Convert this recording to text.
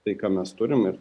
tai ką mes turim ir